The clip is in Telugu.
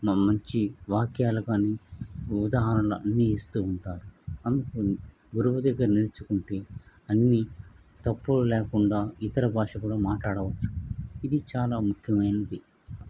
మంచి వాక్యాలు కానీ ఉదాహరణ అన్నీ ఇస్తూ ఉంటారు అందుకని గురువు దెగ్గర నేర్చుకుంటే అన్నీ తప్పులు లేకుండా ఇతర భాష కూడా మాట్లాడవచ్చు ఇవి చాలా ముఖ్యమైనవి